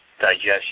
digestion